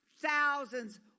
thousands